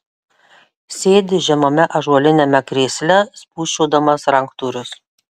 sėdi žemame ąžuoliniame krėsle spūsčiodamas ranktūrius